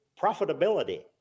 profitability